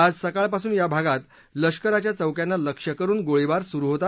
आज सकाळपासून या भागात लष्कराच्या चौक्यांना लक्ष्य करून गोळीबार सुरू होता